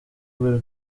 bwe